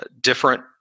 different